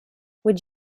would